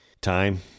time